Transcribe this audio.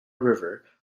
river